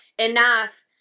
enough